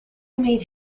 made